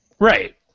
Right